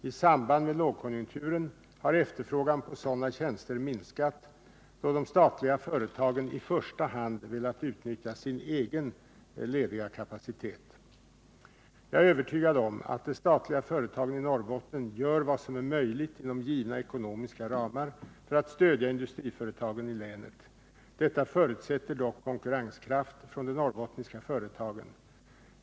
I samband med lågkonjunkturen har efterfrågan på sådana tjänster minskat, då de statliga företagen i första hand velat utnyttja egen ledig kapacitet. Jag är övertygad om att de statliga företagen i Norrbotten gör vad som är möjligt inom givna ekonomiska ramar för att stödja industriföretagen i länet. Detta förutsätter dock konkurrenskraft från de norrbottniska företagen.